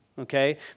Okay